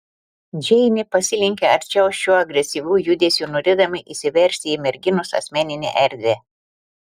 džeinė pasilenkė arčiau šiuo agresyviu judesiu norėdama įsiveržti į merginos asmeninę erdvę